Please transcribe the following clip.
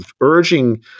urging